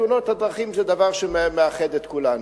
תאונות הדרכים הן דבר שמאחד את כולנו.